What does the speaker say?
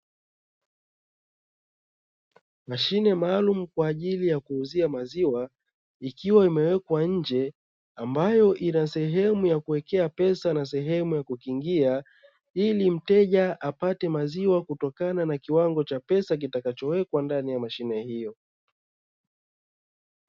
Mashine maalumu kwa ajili ya kuuzia maziwa akiwa imewekwa nje, ambayo inasehemu ya kuwekea pesa na sehemu ya kukingia ili mteja apate maziwa kutokana na kiwango cha pesa kitakachowekwa ndani ya mashine hiyo.